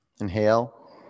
inhale